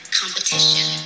competition